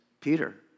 Peter